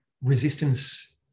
resistance